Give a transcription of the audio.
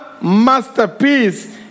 masterpiece